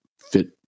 fit